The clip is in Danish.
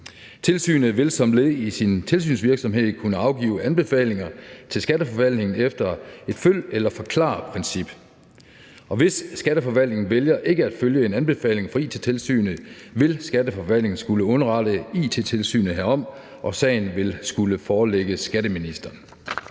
tilsynet vil som led i sin tilsynsvirksomhed kunne afgive anbefalinger til skatteforvaltningen efter et følg eller forklar-princip, og hvis skatteforvaltningen vælger ikke at følge en anbefaling fra It-tilsynet, vil skatteforvaltningen skulle underrette It-tilsynet herom, og sagen vil skulle forelægges skatteministeren.